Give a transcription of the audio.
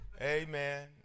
amen